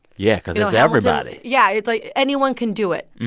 yeah, because it's everybody yeah. it's like anyone can do it.